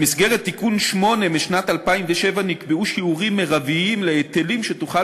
במסגרת תיקון מס' 8 משנת 2007 נקבעו שיעורים מרביים להיטלים שתוכל